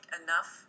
enough